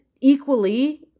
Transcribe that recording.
equally